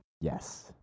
Yes